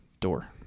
door